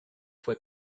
fue